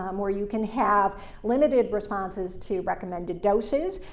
um where you can have limited responses to recommended doses,